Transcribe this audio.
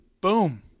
boom